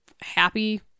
happy